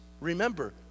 remember